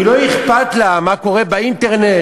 לא אכפת לה מה קורה באינטרנט,